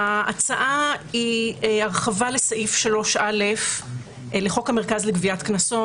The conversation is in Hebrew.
ההצעה היא הרחבה לסעיף 3א לחוק המרכז לגביית קנסות,